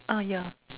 ah yeah